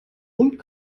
und